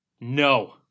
no